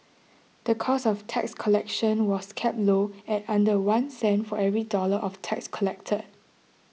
the cost of tax collection was kept low at under one cent for every dollar of tax collected